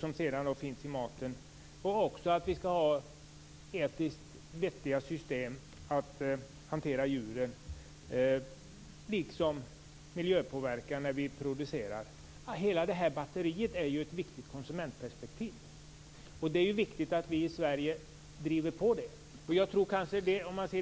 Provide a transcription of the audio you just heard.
som sedan övergår i maten. Vi skall ha etiska vettiga system att hantera djuren på. Det gäller också miljöpåverkan när vi producerar. Hela detta batteri är viktigt ur konsumentperspektiv, och det är viktigt att vi i Sverige är pådrivande i det här sammanhanget.